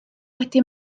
wedi